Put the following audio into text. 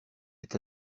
est